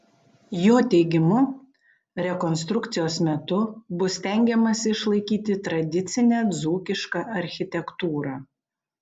jo teigimu rekonstrukcijos metu bus stengiamasi išlaikyti tradicinę dzūkišką architektūrą